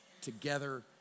together